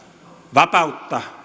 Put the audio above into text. vapautta